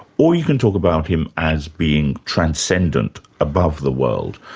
or you can talk about him as being transcendent, above the world.